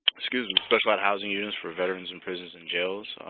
excuse me. specialized housing units for veterans in prisons and jails.